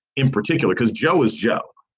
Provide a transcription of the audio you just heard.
in particular because joe is joe.